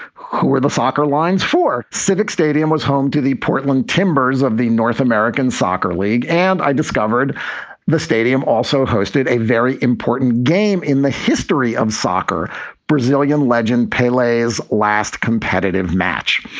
who were the soccer lines for? civic stadium was home to the portland timbers of the north american soccer league. and i discovered the stadium also hosted a very important game in the history of soccer brazilian legend pele is last competitive match.